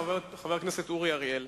חבר הכנסת אורי אריאל.